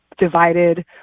divided